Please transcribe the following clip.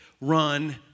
run